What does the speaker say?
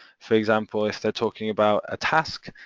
for example, if they're talking about a task,